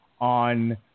on